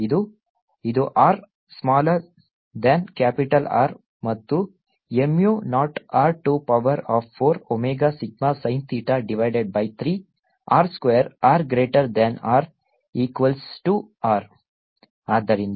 ಇದು ಇದು r smaller than capital R ಮತ್ತು mu naught R to power of 4 omega sigma sin theta divided by 3 r square r greater than R equals to R